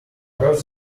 earth